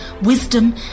wisdom